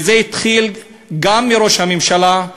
וזה התחיל גם מראש הממשלה,